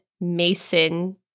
Mason